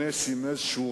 אף שיש לי